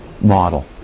model